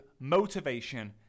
motivation